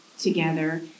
together